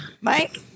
Mike